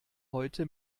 heute